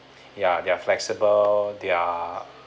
ya they are flexible they are